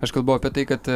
aš kalbu apie tai kad